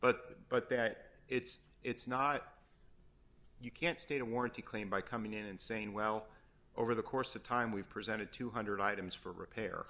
but but that it's it's not you can't state a warranty claim by coming in and saying well over the course of time we've presented two hundred dollars items for repair